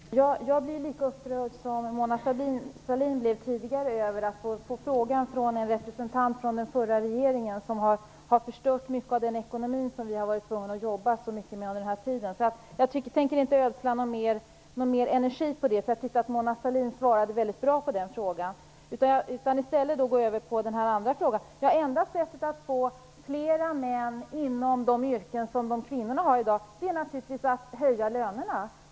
Herr talman! Jag blir lika upprörd som Mona Sahlin blev tidigare över att få frågan från en representant från den förra regeringen, som har förstört mycket av den ekonomi som vi har varit tvungna att jobba så mycket med under den här tiden. Jag tänker inte ödsla någon ytterligare energi på det, för jag tyckte att Mona Sahlin gav ett mycket bra svar på den frågan. Jag går i stället över till att svara på den andra frågan. Det enda sättet att få fler män inom de yrken som kvinnorna har i dag är naturligtvis att höja lönerna.